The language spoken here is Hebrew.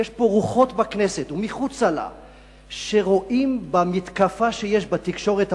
שיש פה הלכי רוחות בכנסת ומחוצה לה שרואים במתקפה בתקשורת